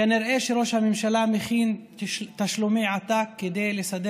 כנראה שראש הממשלה מכין תשלומי עתק כדי לסדר